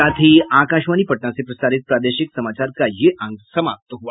इसके साथ ही आकाशवाणी पटना से प्रसारित प्रादेशिक समाचार का ये अंक समाप्त हुआ